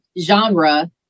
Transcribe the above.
genre